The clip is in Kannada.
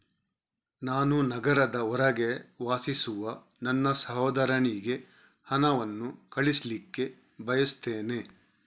ನಾನು ನಗರದ ಹೊರಗೆ ವಾಸಿಸುವ ನನ್ನ ಸಹೋದರನಿಗೆ ಹಣವನ್ನು ಕಳಿಸ್ಲಿಕ್ಕೆ ಬಯಸ್ತೆನೆ